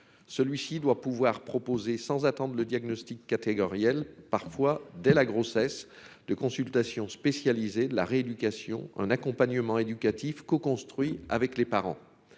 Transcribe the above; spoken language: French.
celui-ci doit pouvoir proposer sans attendent le diagnostic catégoriels parfois dès la grossesse de consultations spécialisées, la rééducation, un accompagnement éducatif co-construit avec les parents,